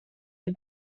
the